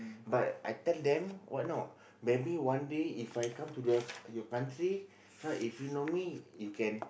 but I tell them what not maybe one day If I come to your your country right if you know me you can